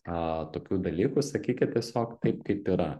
a tokių dalykų sakykit tiesiog taip kaip yra